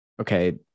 okay